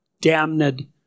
damned